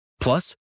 Plus